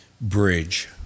bridge